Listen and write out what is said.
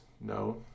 no